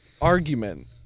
argument